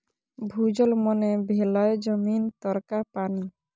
भूजल मने भेलै जमीन तरका पानि